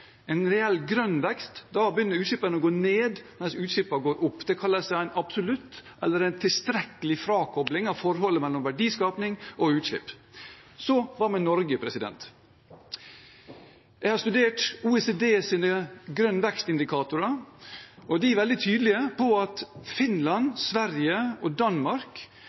en reell grønn vekst begynner utslippene å gå ned mens verdiskapingen går opp. Det kalles en absolutt eller tilstrekkelig frakobling av forholdet mellom verdiskaping og utslipp. Hva med Norge? Jeg har studert OECDs grønn vekst-indikatorer, og de er veldig tydelige på at Finland, Sverige og Danmark